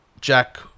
Jack